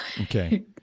Okay